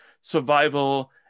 survival